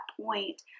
point